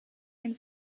and